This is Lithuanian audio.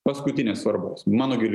paskutinės svarbos mano giliu